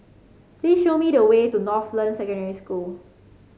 please show me the way to Northland Secondary School